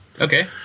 Okay